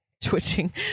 twitching